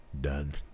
Done